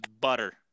butter